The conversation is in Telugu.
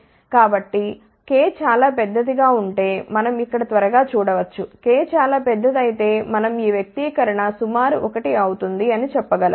కాబట్టి k చాలా పెద్దదిగా ఉంటే మనం ఇక్కడ త్వరగా చూడ వచ్చు k చాలా పెద్దది అయితే మనం ఈ వ్యక్తీకరణ సుమారు 1 అవుతుంది చెప్ప గలం